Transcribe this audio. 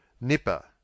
Nipper